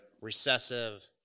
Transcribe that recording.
recessive